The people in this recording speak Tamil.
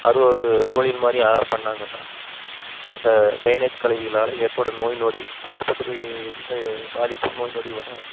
அது ஒரு தொழில் மாதிரி பண்ணாங்கன்னால் அந்த டிரைனேஜ் கழிவுகளால் ஏற்படும் நோய் நொடி ஆஸ்பத்திரி எந்த பாதிப்பும் நோய் நொடி வராது